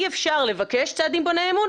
אי אפשר לבקש צעדים בוני אמון,